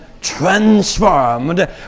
transformed